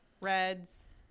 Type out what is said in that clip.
Reds